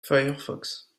firefox